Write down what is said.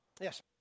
Yes